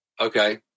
Okay